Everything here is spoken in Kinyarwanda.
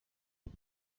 boo